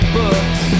books